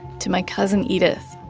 to my cousin edith,